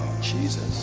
Jesus